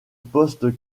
poste